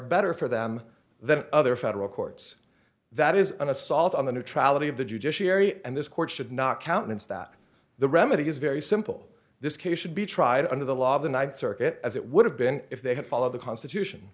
better for them than other federal courts that is an assault on the neutrality of the judiciary and this court should not countenance that the remedy is very simple this case should be tried under the law of the th circuit as it would have been if they had followed the constitution